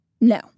No